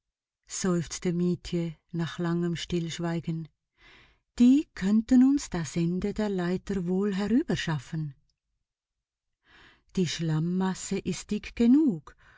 mietje nach langem stillschweigen die könnten uns das ende der leiter wohl herüberschaffen die schlammasse ist dick genug